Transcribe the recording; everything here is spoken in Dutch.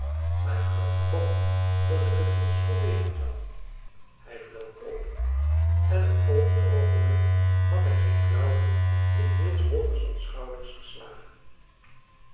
maar ik geloof toch dat ik t eens probeeren zal hij vloog op en t volgend oogenblik had hij zijn klauwen in niels holgerssons schouders geslagen